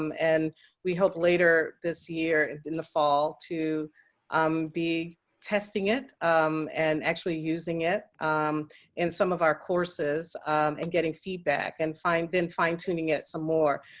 um and we hope later this year in the fall to um be testing it um and actually using it um in some of our courses and getting feedback. and then fine tuning it some more.